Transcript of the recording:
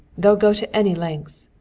they'll go to any lengths.